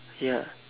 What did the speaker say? ya